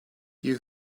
you